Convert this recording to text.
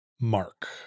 mark